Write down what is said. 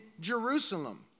Jerusalem